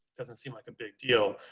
doesn't seem like a big deal,